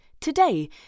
today